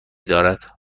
دارد